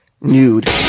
nude